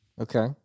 Okay